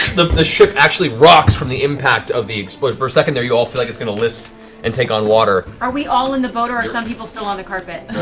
the the ship actually rocks from the impact of the explosion. for a second there, you all feel like it's going to list and take on water. laura are we all on the boat, or are some people still on the carpet?